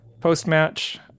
post-match